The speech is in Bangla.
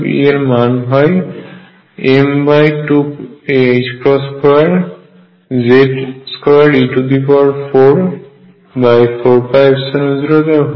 এর মান হয় m22Z2e44π02